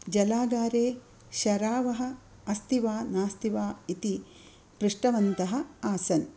जलागारे शरावः अस्ति वा नास्ति वा इति पृष्टवन्तः आसन्